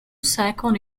second